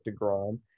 deGrom